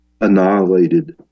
annihilated